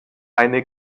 eine